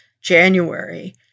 January